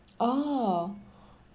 oh